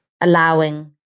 allowing